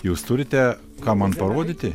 jūs turite ką man parodyti